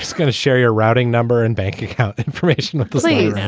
gonna share your routing number and bank account information, please